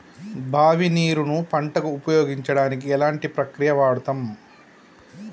బావి నీరు ను పంట కు ఉపయోగించడానికి ఎలాంటి ప్రక్రియ వాడుతం?